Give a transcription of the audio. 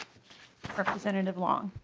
representative long.